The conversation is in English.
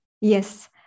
Yes